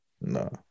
No